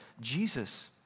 Jesus